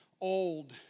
Old